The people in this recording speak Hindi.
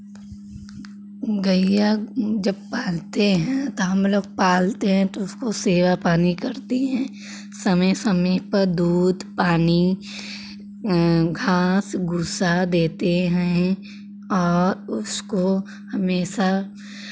गैया जब पालते हैं तो हम लोग पालते हैं तो उसको सेवा पानी करते हैं समय समय पर दूध पानी घास भूसा देते हैं और उसको हमेशा